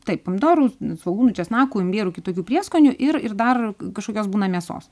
taip pomidorų svogūnų česnakų imbierų kitokių prieskonių ir ir dar kažkokios būna mėsos